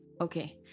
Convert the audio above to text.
Okay